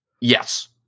Yes